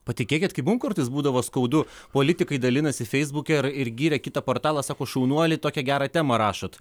patikėkit kaip mum kartais būdavo skaudu politikai dalinasi feisbuke ir ir gyrė kitą portalą sako šaunuoliai tokią gerą temą rašot